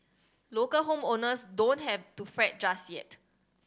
local home owners don't have to fret just yet